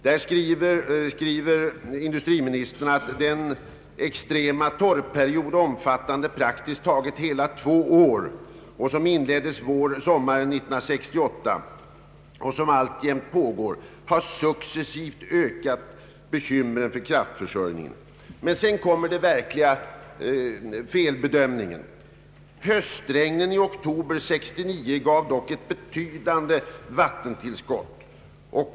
Där skriver industriministern att den extrema torrperiod, omfattande praktiskt taget hela två år, som inleddes sommaren 1968 och som alltjämt pågår, successivt har ökat bekymren för kraftförsörjningen. Men sedan kommer den verkliga felbedömningen: ”Höstregnen i oktober 1969 gav dock ett betydande vattentillskott.